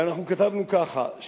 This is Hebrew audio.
ואנחנו כתבנו ככה,